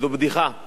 בדיחה עצובה.